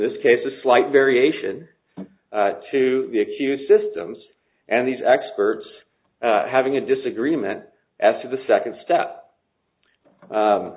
this case the slight variation to the accused systems and these experts having a disagreement as to the second step